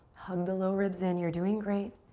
hug the low ribs in, you're doing great.